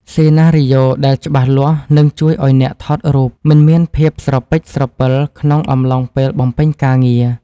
សេណារីយ៉ូដែលច្បាស់លាស់នឹងជួយឱ្យអ្នកថតរូបមិនមានភាពស្រពេចស្រពិលក្នុងអំឡុងពេលបំពេញការងារ។